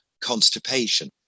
constipation